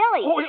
Billy